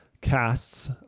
casts